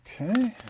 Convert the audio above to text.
Okay